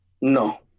No